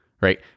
right